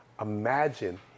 imagine